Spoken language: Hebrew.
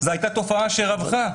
זו הייתה תופעה שרווחה.